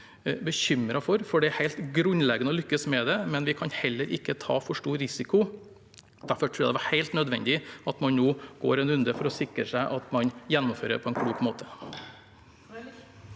for det er helt grunnleggende å lykkes med det, men vi kan heller ikke ta for stor risiko. Derfor tror jeg det er helt nødvendig at man nå går en runde for å sikre at man gjennomfører på en klok måte.